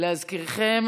להזכירכם,